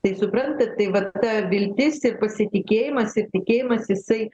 tai suprantat tai vat ta viltis ir pasitikėjimas ir tikėjimas jisai